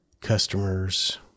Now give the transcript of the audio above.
customers